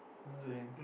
what's her name